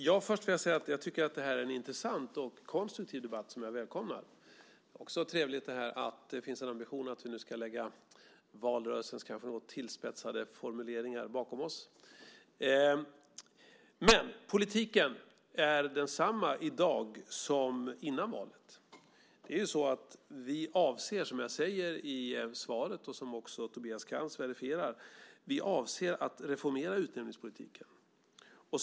Herr talman! Jag tycker att det här är en intressant och konstruktiv debatt som jag välkomnar. Det är också trevligt att det finns en ambition att vi nu ska lägga valrörelsens kanske något tillspetsade formuleringar bakom oss. Politiken är densamma i dag som före valet. Vi avser, som jag säger i svaret och vilket Tobias Krantz också verifierar, att reformera utnämningspolitiken.